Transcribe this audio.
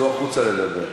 צאו החוצה לדבר.